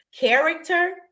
Character